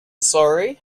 sorry